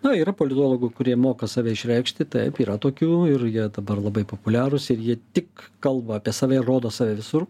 na yra politologų kurie moka save išreikšti taip yra tokių ir jie dabar labai populiarūs ir ji tik kalba apie save ir rodo save visur